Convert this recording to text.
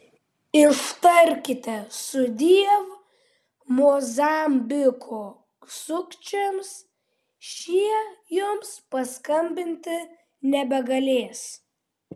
ištarkite sudiev mozambiko sukčiams šie jums paskambinti nebegalės